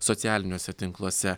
socialiniuose tinkluose